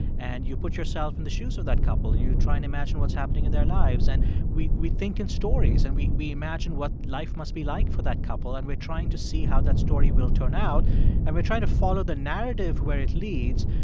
and you put yourself in the shoes of that couple. and you try and imagine what's happening in their lives. and we we think in stories. and we we imagine what life must be like for that couple. and we're trying to see how that story will turn out and we're trying to follow the narrative where it leads,